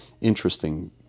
Interesting